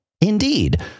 indeed